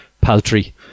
paltry